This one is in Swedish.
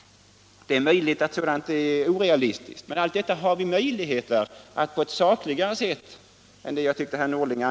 Det är möjligt att det är orealistiskt. Men det har vi nu möjlighet att ta reda på på ett sakligare sätt än tidigare.